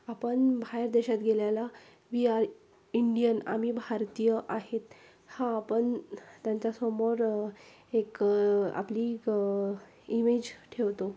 आपण बाहेर देशात गेल्याला वी आर इंडियन आम्ही भारतीय आहोत हा आपण त्यांच्यासमोर एक आपली इमेज ठेवतो